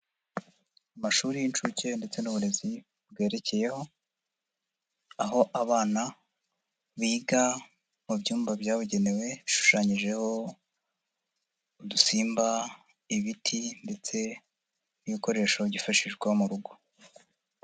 Amashuri y'inshuke ndetse n'uburezi bwerekeyeho, aho abana biga mu byumba byabugenewe bishushanyijeho udusimba, ibiti ndetse n'ibikoresho byifashishwa mu rugo.